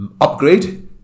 upgrade